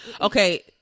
okay